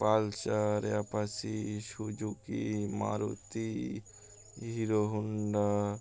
Pulsar Apache Suzuki Maruti Hero Honda